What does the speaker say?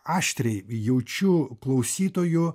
aštriai jaučiu klausytojų